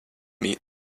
meet